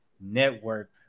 network